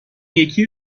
یکی